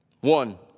One